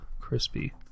crispy